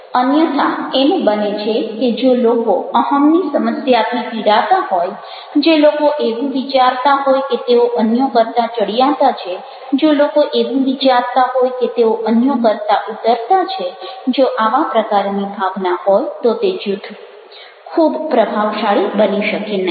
અન્યથા એમ બને છે કે જો લોકો અહંની સમસ્યાથી પીડાતા હોય જો લોકો એવું વિચારતા હોય કે તેઓ અન્યો કરતાં ચડિયાતા છે જો લોકો એવું વિચારતા હોય કે તેઓ અન્યો કરતા ઉતરતા છે જો આવા પ્રકારની ભાવના હોય તો તે જૂથ ખૂબ પ્રભાવશાળી બની શકે નહિ